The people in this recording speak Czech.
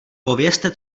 povězte